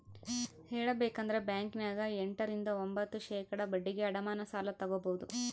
ಹೇಳಬೇಕಂದ್ರ ಬ್ಯಾಂಕಿನ್ಯಗ ಎಂಟ ರಿಂದ ಒಂಭತ್ತು ಶೇಖಡಾ ಬಡ್ಡಿಗೆ ಅಡಮಾನ ಸಾಲ ತಗಬೊದು